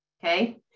Okay